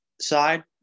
side